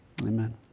amen